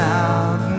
out